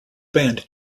band